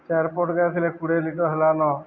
ଚାରି ପଟଯାକ ଥିଲେ କୋଡ଼ିଏ ଲିଟର ହେଲାନ